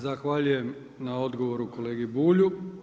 Zahvaljujem na odgovoru kolegi Bulju.